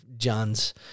John's